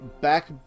back